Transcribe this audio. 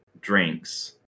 drinks